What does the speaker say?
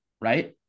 right